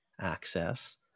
access